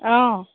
অঁ